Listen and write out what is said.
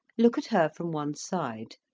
look at her from one side.